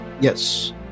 Yes